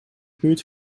buurt